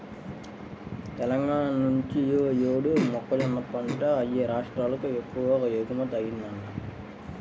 తెలంగాణా నుంచి యీ యేడు మొక్కజొన్న పంట యేరే రాష్ట్రాలకు ఎక్కువగా ఎగుమతయ్యిందంట